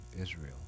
Israel